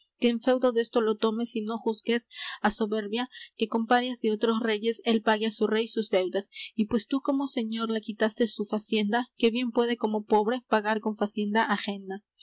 que en feudo desto lo tomes y no juzgues á soberbia que con parias de otros reyes él pague á su rey sus deudas y pues tú como señor le quitaste su facienda que bien puede como pobre pagar con facienda